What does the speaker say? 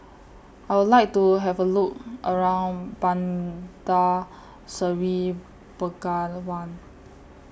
I Would like to Have A Look around Bandar Seri Begawan